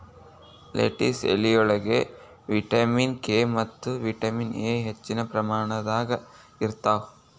lettuce ಎಲಿಯೊಳಗ vitamin K ಮತ್ತ vitamin A ಹೆಚ್ಚಿನ ಪ್ರಮಾಣದಾಗ ಇರ್ತಾವ